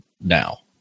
now